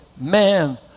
man